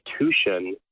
institution